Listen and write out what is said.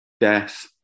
death